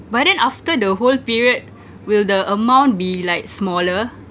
but then after the whole period will the amount be like smaller